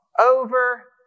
over